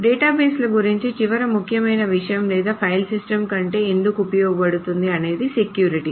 డేటాబేస్ల గురించి చివరి ముఖ్యమైన విషయం లేదా ఫైల్ సిస్టమ్ కంటే ఎందుకు ఉపయోగపడుతుంది అనేది సెక్యూరిటీ